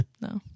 No